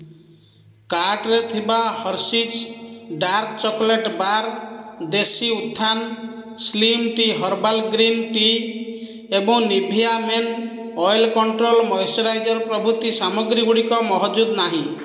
କାର୍ଟ୍ରେ ଥିବା Hershey's dark chocolate bar ଦେଶୀ ଉତ୍ଥାନ slim tea herbal green tea ଏବଂ Nivea men oil control moisturiser ପ୍ରଭୃତି ସାମଗ୍ରୀ ଗୁଡ଼ିକ ମହଜୁଦ ନାହିଁ